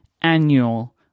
Annual